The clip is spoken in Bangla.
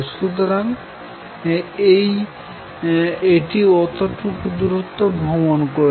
সুতরাং এটি অতটুকু দূরত্ব ভ্রমন করেছে